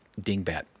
dingbat